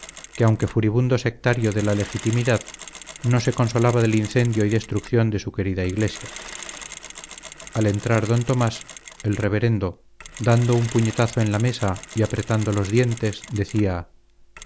que aunque furibundo sectario de la legitimidad no se consolaba del incendio y destrucción de su querida iglesia al entrar d tomás el reverendo dando un puñetazo en la mesa y apretando los dientes decía